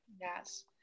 Yes